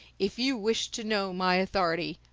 if you wish to know my authority,